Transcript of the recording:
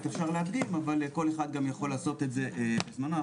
ולהדגם אבל כל אחד יכול לעשות את זה בזמנו.